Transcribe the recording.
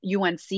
UNC